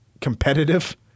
competitive